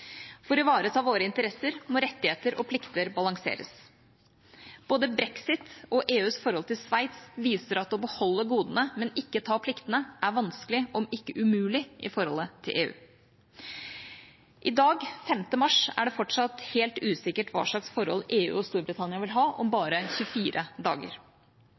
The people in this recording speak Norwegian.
For å ivareta våre interesser må rettigheter og plikter balanseres. Både brexit og EUs forhold til Sveits viser at å beholde godene, men ikke ta pliktene, er vanskelig – om ikke umulig – i forholdet til EU. I dag, 5. mars, er det fortsatt helt usikkert hva slags forhold EU og Storbritannia vil ha om bare 24 dager.